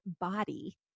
Body